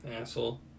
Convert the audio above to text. Asshole